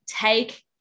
take